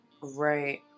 right